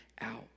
out